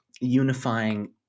unifying